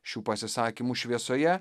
šių pasisakymų šviesoje